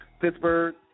Pittsburgh